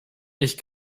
ich